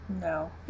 no